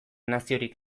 naziorik